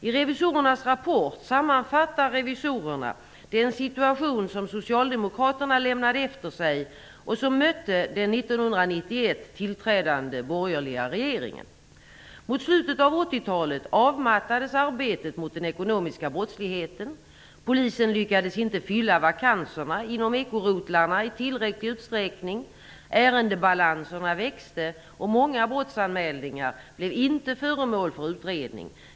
I revisorernas rapport sammanfattar revisorerna den situation som Socialdemokraterna lämnade efter sig och som mötte den 1991 tillträdande borgerliga regeringen: "Mot slutet av 1980-talet avmattades arbetet mot den ekonomiska brottsligheten. Polisen lyckades inte fylla vakanser inom ekorotlarna i tillräcklig utsträckning. Ärendebalanserna växte och många brottsanmälningar blev inte föremål för utredning.